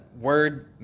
word